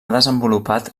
desenvolupat